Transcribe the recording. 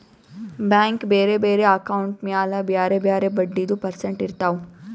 bank ಬ್ಯಾರೆ ಬ್ಯಾರೆ account ಮ್ಯಾಲ ಬ್ಯಾರೆ ಬ್ಯಾರೆ ಬಡ್ಡಿದು ಪರ್ಸೆಂಟ್ ಇರ್ತಾವ್